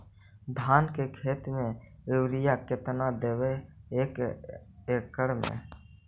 धान के खेत में युरिया केतना देबै एक एकड़ में?